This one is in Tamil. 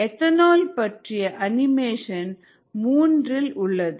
எத்தனை பற்றிய அனிமேஷன் மூன்றில் உள்ளது